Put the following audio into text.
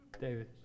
David